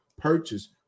purchase